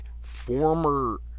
former